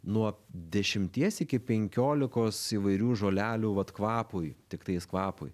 nuo dešimties iki penkiolikos įvairių žolelių vat kvapui tiktais kvapui